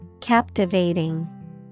Captivating